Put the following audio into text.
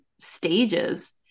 stages